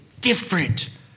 different